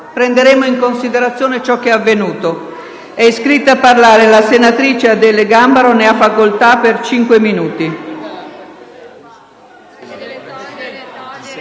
Prenderemo in considerazione ciò che è avvenuto. È iscritta a parlare la senatrice Gambaro. Ne ha facoltà. *(Il senatore